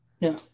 no